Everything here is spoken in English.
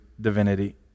divinity